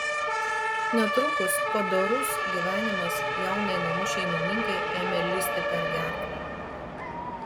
netrukus padorus gyvenimas jaunai namų šeimininkei ėmė lįsti per gerklę